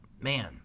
man